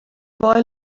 boy